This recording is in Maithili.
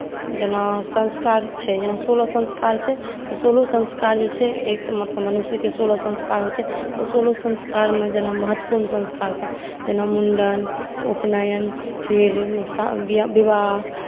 जेना संस्कार छै सोलह संस्कार छै तऽ सोलहो संस्कार जे छै एक मतलब मनुष्यके सोलह संस्कार होइ छै ओ सोलहो संस्कारमे जेना महत्वपुर्ण संस्कार सभ जेना मुण्डन उपनयन फेर विवाह